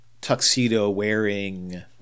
tuxedo-wearing